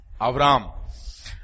Avram